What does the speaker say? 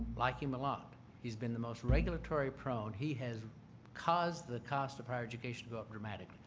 like him a lot. he has been the most regulatory prone. he has caused the cost of higher education to go up dramatically.